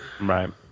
Right